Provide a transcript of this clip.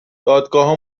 دادگاهها